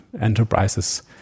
enterprises